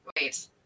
Wait